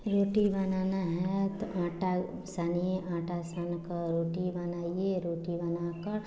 रोटी बनाना है तो आटा छानिए आटा छानकर रोटी बनाइए रोटी बनाकर